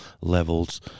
levels